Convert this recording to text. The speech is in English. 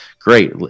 Great